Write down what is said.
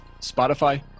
Spotify